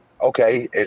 Okay